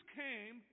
came